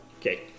Okay